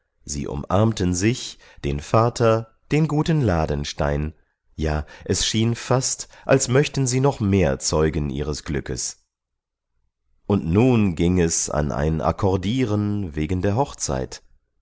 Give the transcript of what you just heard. sie umarmten sich den vater den guten ladenstein ja es schien fast als möchten sie noch mehr zeugen ihres glückes und nun ging es an ein akkordieren wegen der hochzeit